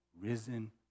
risen